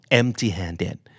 empty-handed